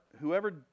whoever